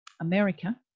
america